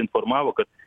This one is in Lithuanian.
informavo kad